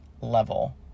level